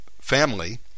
family